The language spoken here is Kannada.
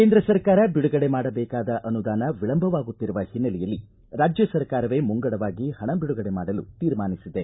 ಕೇಂದ್ರ ಸರ್ಕಾರ ಬಿಡುಗಡೆ ಮಾಡಬೇಕಾದ ಅನುದಾನ ವಿಳಂಬವಾಗುತ್ತಿರುವ ಹಿನ್ನೆಲೆಯಲ್ಲಿ ರಾಜ್ಯ ಸರ್ಕಾರವೇ ಮುಂಗಡವಾಗಿ ಪಣ ಬಿಡುಗಡೆ ಮಾಡಲು ತೀರ್ಮಾನಿಸಿದೆ